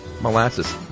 molasses